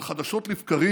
אבל חדשות לבקרים,